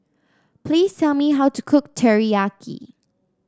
please tell me how to cook Teriyaki